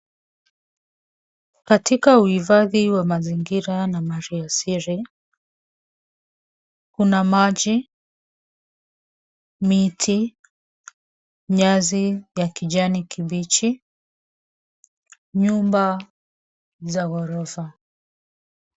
Katika uhifadhi wa mazingira na mali asili, kuna maji, miti, nyasi ya kijani kibichi, nyumba za ghorofa.